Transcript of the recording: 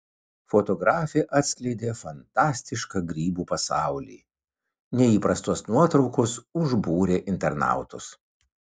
fotografė atskleidė fantastišką grybų pasaulį neįprastos nuotraukos užbūrė internautus